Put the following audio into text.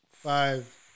five